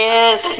Yes